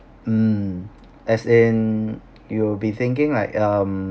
mm as in you'll be thinking like um